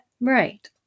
Right